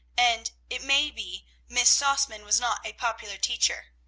and, it may be, miss sausmann was not a popular teacher.